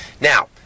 now